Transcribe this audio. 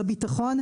בביטחון,